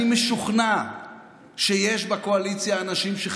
אני מאמין בכל ליבי שיש בקואליציה אנשים כאלה.